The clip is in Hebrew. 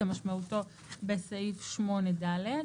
כמשמעותו בסעיף 8(ד).